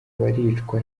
baricwa